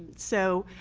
so,